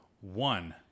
One